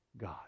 God